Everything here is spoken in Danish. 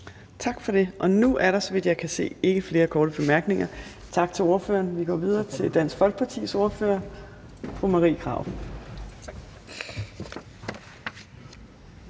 Tak for det. Nu er der, så vidt jeg kan se, ikke flere korte bemærkninger. Tak til ordføreren. Vi går videre til Dansk Folkepartis ordfører, fru Marie Krarup.